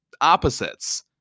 opposites